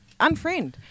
unfriend